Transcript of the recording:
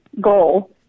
goal